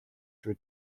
шүү